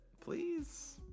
please